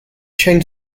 chain